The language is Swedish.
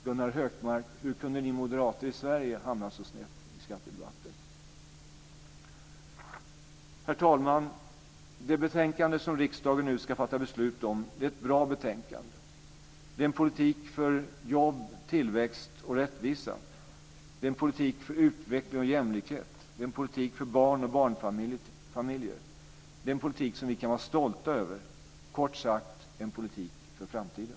Gunnar Hökmark, hur kunde ni moderater i Sverige hamna så snett i skattedebatten? Herr talman! Det betänkande som riksdagen nu ska fatta beslut om är ett bra betänkande. Det är en politik för jobb, tillväxt och rättvisa. Det är en politik för utveckling och jämlikhet. Det är en politik för barn och barnfamiljer. Det är en politik som vi kan vara stolta över. Kort sagt är det en politik för framtiden.